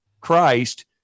Christ